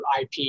IP